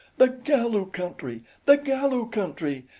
the galu country! the galu country!